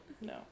No